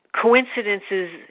coincidences